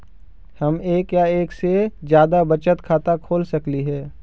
हम एक या एक से जादा बचत खाता खोल सकली हे?